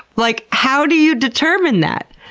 like how do you determine that?